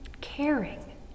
caring